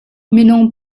minung